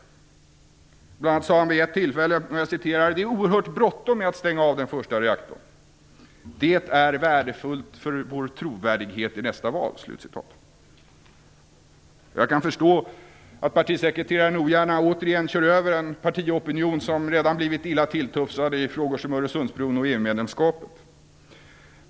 Bl.a. sade han vid ett tillfälle: "Det är oerhört bråttom med att stänga av den första reaktorn. Det är värdefullt för vår trovärdighet vid nästa val". Jag kan förstå att partisekreteraren ogärna återigen kör över en partiopinion som redan blivit illa tilltufsad i frågor som Öresundsbron och EU medlemskapet.